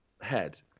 head